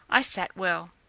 i sat well.